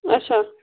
اچھا